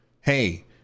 hey